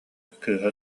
кыыһа